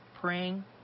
praying